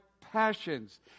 passions